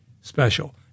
special